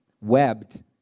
webbed